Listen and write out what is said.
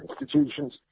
institutions